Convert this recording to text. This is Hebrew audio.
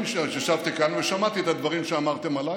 אני ישבתי כאן ושמעתי את הדברים שאמרתם עליי,